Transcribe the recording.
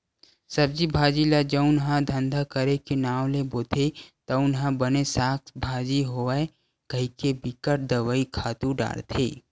सब्जी भाजी ल जउन ह धंधा करे के नांव ले बोथे तउन ह बने साग भाजी होवय कहिके बिकट दवई, खातू डारथे